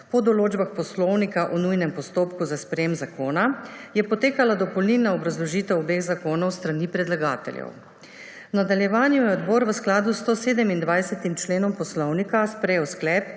po določbah poslovnika o nujnem postopku za sprejem zakona, je potekala dopolnilna obrazložitev obeh zakonov s strani predlagateljev. V nadaljevanju je odbor v skladu s 127. členom Poslovnika Državnega